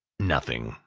nothing,